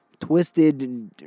twisted